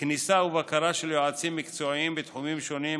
כניסה ובקרה של יועצים מקצועיים בתחומים שונים,